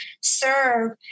serve